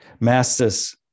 Masters